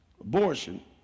Abortion